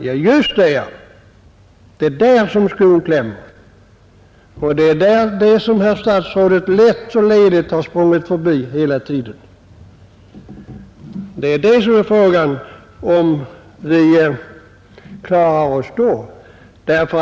Ja, det är just där skon klämmer. Det är också den frågan som herr statsrådet så lätt och ledigt har sprungit förbi hela tiden. Frågan är alltså hur vi klarar oss vid en avskärning.